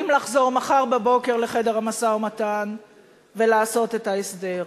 לחזור מחר בבוקר לחדר המשא-ומתן ולעשות את ההסדר.